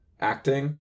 acting